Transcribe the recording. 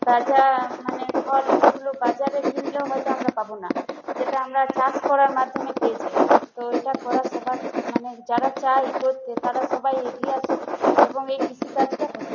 তাজা মানে ফল যেগুলো বাজারে কিনলে হয়তো আমরা পাব না যেটা আমরা চাষ করার মাধ্যমে পেয়ে যাই তো এটা করা সবার মানে যারা চায় করতে তারা সবাই এগিয়ে আসুক এবং এই কৃষিকাজটা করুক